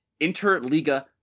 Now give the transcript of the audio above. interliga